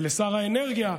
ולשר האנרגיה,